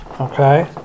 okay